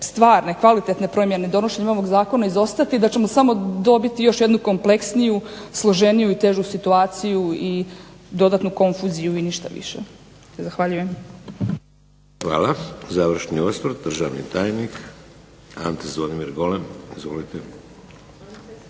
stvarne, kvalitetne promjene donošenjem ovog zakona izostati, da ćemo samo dobiti još jednu kompleksniju, složeniju i težu situaciju i dodatnu konfuziju i ništa više. Zahvaljujem. **Šeks, Vladimir (HDZ)** Hvala. Završni osvrt, državni tajnik Ante Zvonimir Golem. Izvolite.